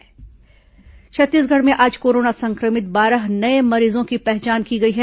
corona मरीज छत्तीसगढ़ में आज कोरोना संक्रमित बारह नये मरीजों की पहचान की गई है